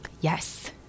Yes